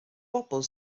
bobl